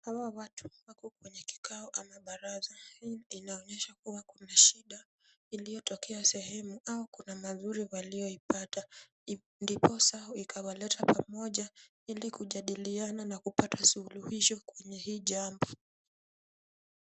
Hawa watu wako kwenye kikao ama baraza. Hii inaonyesha kuwa kuna shida iliyotokea hii sehemu au kuna mazuri waliyoipata ndiposa ikawaleta pamoja ili kujadiliana na kupata suluhisho kwenye hii jambo.